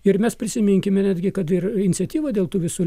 ir mes prisiminkime netgi kad ir iniciatyvą dėl tų visų